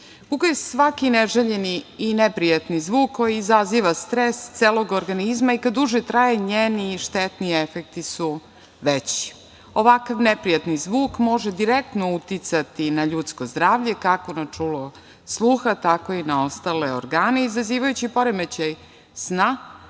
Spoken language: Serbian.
buka je svaki neželjeni i neprijatni zvuk koji izaziva stres celog organizma i kada duže traje, njeni štetni efekti su veći. Ovakav neprijatni zvuk može direktno uticati na ljudsko zdravlje, kako na čulo sluha tako i na ostale organe, izazivajući poremećaj sna,